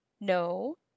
No